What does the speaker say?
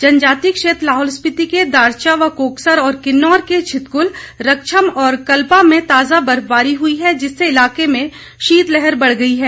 जनजातीय क्षेत्र लाहौल स्पीति के दारचा व कोकसर और किन्नौर के छितकुल रकछम और कल्पा में ताजा बर्फबारी हुई है जिससे इलाके में शीतलहर बढ़ गई है